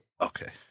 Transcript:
Okay